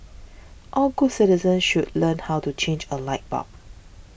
all good citizens should learn how to change a light bulb